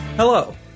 Hello